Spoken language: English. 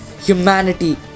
humanity